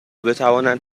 بتوانند